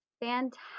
fantastic